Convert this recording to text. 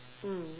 mm